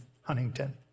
Huntington